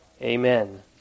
Amen